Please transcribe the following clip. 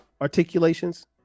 articulations